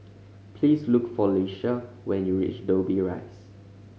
please look for Lisha when you reach Dobbie Rise